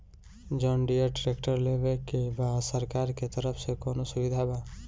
John Deere tractor लेवे के बा सरकार के तरफ से कौनो सुविधा बा?